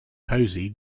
posey